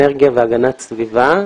אנרגיה והגנת סביבה,